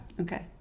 Okay